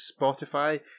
Spotify